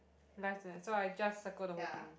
life tonight so I just circle the whole thing